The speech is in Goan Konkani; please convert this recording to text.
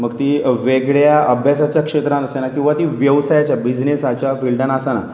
मग ती वेगळ्या अभ्यासाच्या क्षेत्रान आसना किंवां ती वेवसायाच्या बिजनसाच्या फिल्डान आसना